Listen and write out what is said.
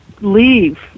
leave